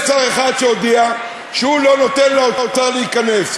יש שר אחד שהודיע שהוא לא נותן לאוצר להיכנס.